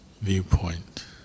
viewpoint